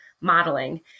modeling